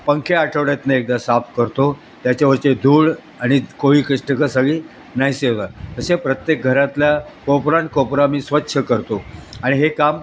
पंखे आठवड्यातून एकदा साफ करतो त्याच्यावरचे धूळ आणि कोळीष्टकं सगळी नाही सेवा असे प्रत्येक घरातल्या कोपरा न कोपरा मी स्वच्छ करतो आणि हे काम